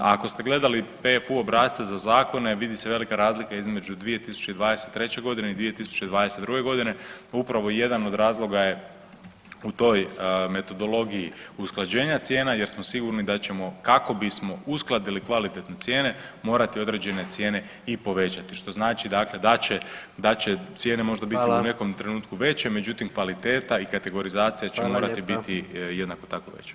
Ako ste gledati PFU obrasce za zakone, vidi se velika razlika između 2023. i 2022. g., upravo jedan od razloga je u toj metodologiji usklađenja cijena jer smo sigurni da ćemo kako bismo uskladili kvalitetne cijene morati određene cijene i povećati, što znači dakle da će cijene možda biti [[Upadica: Hvala.]] u nekom trenutku veće, međutim, kvaliteta i kategorizacija će morati biti [[Upadica: Hvala lijepa.]] jednako tako veća.